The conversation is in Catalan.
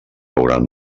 hauran